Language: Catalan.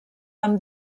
amb